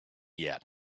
yet